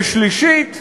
ושלישית,